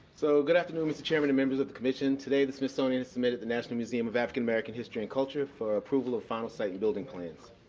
so, good afternoon, mr. chairman and members of the commission. today, the smithsonian has submitted the national museum of african american history and culture for approval of final site and building plans.